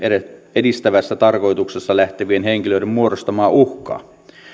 edistävässä tarkoituksessa lähtevien henkilöiden muodostamaa uhkaa